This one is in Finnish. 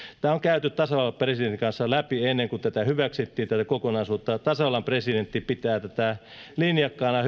että tämä on käyty tasavallan presidentin kanssa läpi ennen kuin tätä kokonaisuutta hyväksyttiin ja tasavallan presidentti pitää tätä linjakkaana